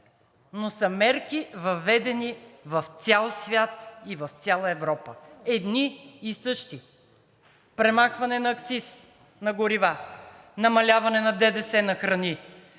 но са мерки, въведени в цял свят и в цяла Европа едни и същи – премахване на акциз на горивата, намаляване на ДДС на храните,